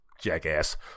jackass